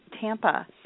Tampa